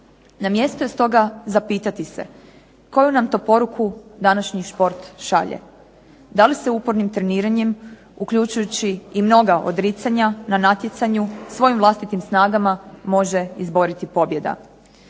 Na mjestu je stoga zapitati se koju nam to poruku današnji šport šalje? Da li se upornim treniranjem uključujući i mnoga odricanja na natjecanju svojim vlastitim snagama može izboriti pobjeda.